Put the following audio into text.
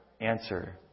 answer